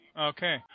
Okay